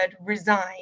resign